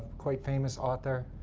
quite famous author,